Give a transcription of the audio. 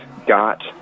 got